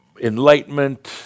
enlightenment